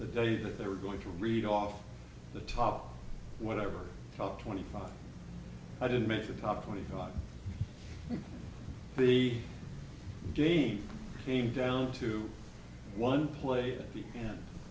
the day that they were going to read off the top whatever top twenty five i didn't mention top twenty god the game came down to one player and